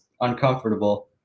uncomfortable